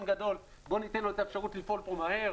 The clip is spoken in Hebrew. גדול בוא ניתן לו את האפשרות לפעול פה מהר.